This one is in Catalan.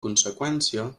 conseqüència